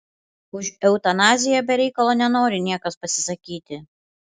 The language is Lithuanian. už eutanaziją be reikalo nenori niekas pasisakyti